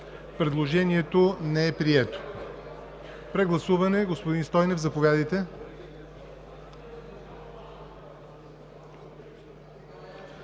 Предложението не е прието. Прегласуване – господин Стойнев, заповядайте.